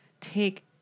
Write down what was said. take